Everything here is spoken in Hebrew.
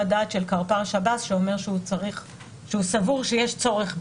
דעת של קרפ"ר שב"ס שאומר שהוא סבור שיש צורך בזה.